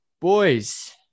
Boys